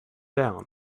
down